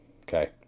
okay